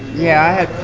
yeah,